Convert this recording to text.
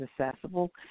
accessible